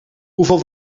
hoeveel